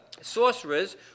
sorcerers